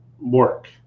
work